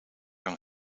een